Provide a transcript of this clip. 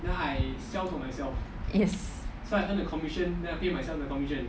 yes